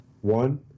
One